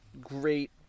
great